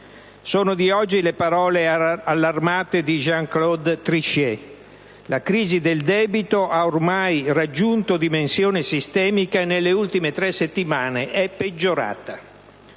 Sono di oggi le parole allarmate di Jean Claude Trichet: «La crisi del debito ha ormai raggiunto dimensione sistemica e nelle ultime tre settimane è peggiorata».